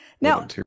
Now